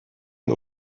und